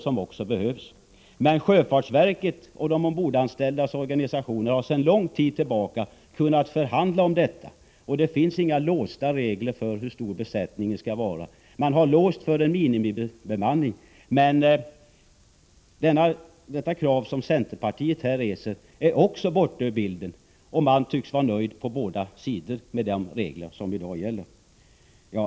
Men sjöfartsverket och de ombordanställdas organisationer har sedan lång tid tillbaka kunnat förhandla om detta, och det finns inga låsta regler för hur stor besättningen skall vara. Man har dock låst sig för en minimibemanning. Då är det krav som centerpartiet ställer borta ur bilden.